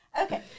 Okay